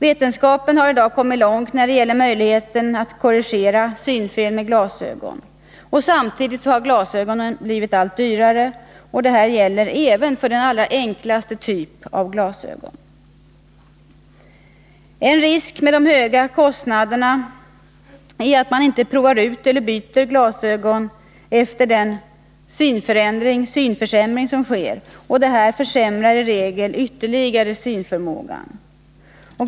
Vetenskapen har i dag kommit långt när det gäller möjligheten att korrigera synfel med glasögon. Samtidigt har glasögon blivit allt dyrare, och detta gäller även den allra enklaste typen av glasögon. En risk med de höga kostnaderna är att man inte provar ut eller byter glasögon efter en synförsämring eller efter den synförändring som sker, och detta försämrar i regel ytterligare synförmågan.